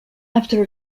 after